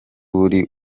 buri